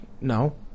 no